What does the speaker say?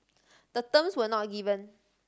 the terms were not given